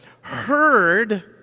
heard